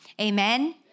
Amen